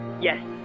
Yes